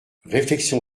réflexion